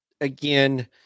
again